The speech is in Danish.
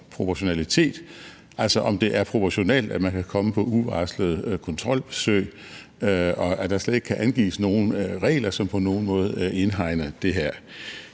proportionalitet, altså om det er proportionalt, at man kan komme på uvarslede kontrolbesøg, og at der slet ikke kan angives nogen regler, som på nogen måde indhegner det her.